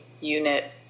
unit